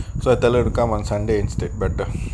so I tell her to come on sunday instead better